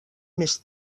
més